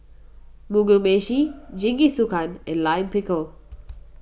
Mugi Meshi Jingisukan and Lime Pickle